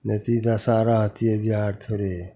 नहि तऽ ई दशा रहतिए बिहार थोड़हि